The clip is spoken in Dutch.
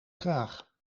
graag